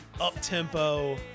up-tempo